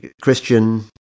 christian